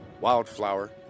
Wildflower